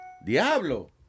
¡Diablo